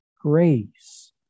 grace